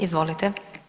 Izvolite.